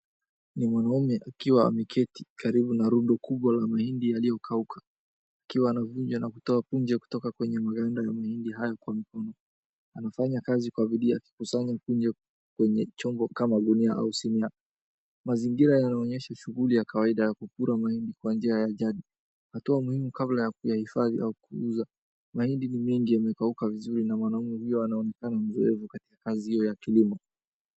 Ni mwanaume akiwa ameketi karibu na rundo kubwa la mahindi yaliyokauka. Akiwa anavunja na kutoa punje kutoka kwenye maganda ya mahindi hayo kwa mkono. Anafanya kazi kwa bidii akikusanya punje kwenye chombo kama gunia au sinia. Mazingira yanaonyesha shughuli ya kawaida ya kukura mahindi kwa njia ya njani. Anatoa mahindi kabla ya kuyahifadhi au kuyauza. Mahindi ni mengi yamekauka vizuri na mwanaume huyo anaonekana mzee katika kazi hiyo ya kilimo.